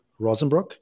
rosenbrock